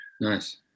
Nice